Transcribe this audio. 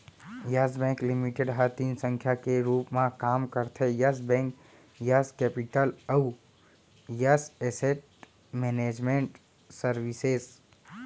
yes bank limited ह तीन संस्था के रूप म काम करथे यस बेंक, यस केपिटल अउ यस एसेट मैनेजमेंट सरविसेज